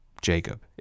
Jacob